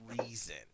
reason